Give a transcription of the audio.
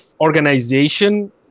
organization